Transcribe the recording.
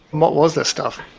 what was that stuff?